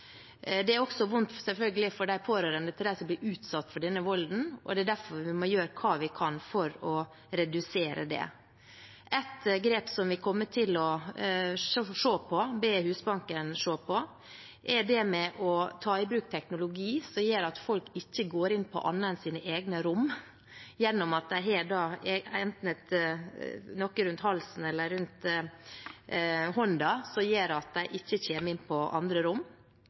er selvfølgelig også vondt for de pårørende til dem som blir utsatt for denne volden, og det er derfor vi må gjøre hva vi kan for å redusere den. Et grep som vi kommer til å be Husbanken se på, er det med å ta i bruk teknologi som gjør at folk ikke går inn på andre rom enn sine egne, gjennom at de har noe rundt halsen eller rundt hånden som gjør at de ikke kommer inn på andre rom.